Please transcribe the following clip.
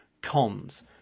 Cons